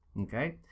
okay